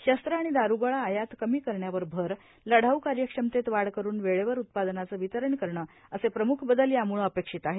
षस्त्र आणि दारूगोळा आयात कमी करण्यावर भर लढाऊ कार्यक्षमतेत वाढ करून वेळेवर उत्पादनांचं वितरण करणं असे प्रमुख बदल यामुळं अपेक्षित आहेत